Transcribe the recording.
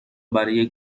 برای